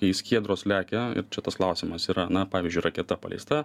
kai skiedros lekia ir čia tas klausimas yra na pavyzdžiui raketa paleista